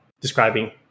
describing